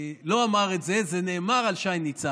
שי ניצן לא אמר את זה, זה נאמר על שי ניצן.